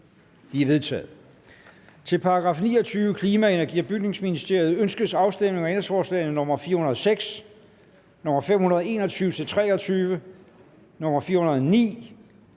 De er vedtaget. Til § 29. Klima-, Energi- og Bygningsministeriet. Ønskes afstemning om ændringsforslag nr. 406, 521-523, 409,